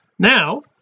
Now